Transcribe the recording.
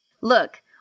Look